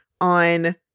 on